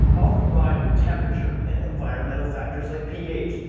all combined with temperature and environmental factors like ph.